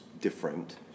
different